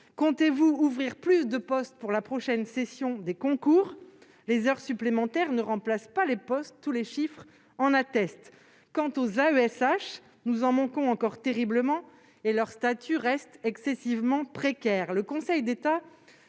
Comptez-vous ouvrir plus de postes pour la prochaine session des concours ? Les heures supplémentaires ne remplacent pas les postes, tous les chiffres en attestent. Quant aux accompagnants d'élèves en situation de handicap (AESH), nous en manquons encore terriblement et leur statut reste excessivement précaire.